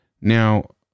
Now